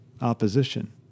opposition